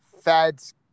feds